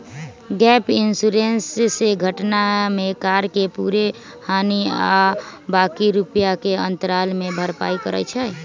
gap insurance से घटना में कार के पूरे हानि आ बाँकी रुपैया के अंतराल के भरपाई करइ छै